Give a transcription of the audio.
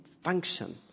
function